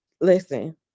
Listen